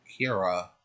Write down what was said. Kira